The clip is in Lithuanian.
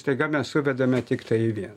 staiga mes suvedame tiktai į vieną